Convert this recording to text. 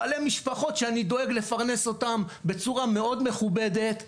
בעלי משפחות שאני דואג לפרנס אותם בצורה מאוד מכובדת,